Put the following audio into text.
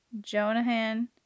Jonahan